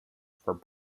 for